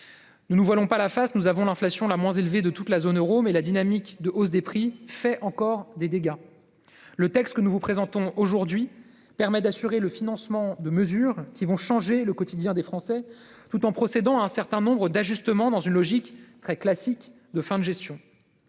Ne nous voilons pas la face : nous avons l'inflation la moins élevée de toute la zone euro, mais la dynamique de hausse des prix fait encore des dégâts. Le texte que nous vous présentons aujourd'hui permet d'assurer le financement de mesures qui vont changer le quotidien des Français, tout en procédant à un certain nombre d'ajustements dans une logique très classique de fin de gestion.